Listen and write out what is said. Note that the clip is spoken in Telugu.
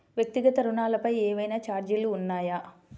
వ్యక్తిగత ఋణాలపై ఏవైనా ఛార్జీలు ఉన్నాయా?